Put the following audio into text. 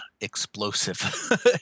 explosive